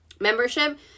membership